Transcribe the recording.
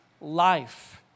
life